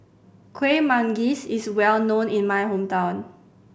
Kueh Manggis is well known in my hometown